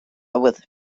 with